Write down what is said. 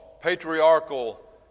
patriarchal